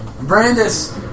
Brandis